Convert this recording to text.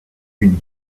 unis